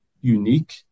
Unique